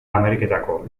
ameriketako